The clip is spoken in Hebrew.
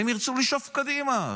הם ירצו לשאוף קדימה,